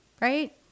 right